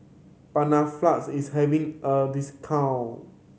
panaflex is having a discount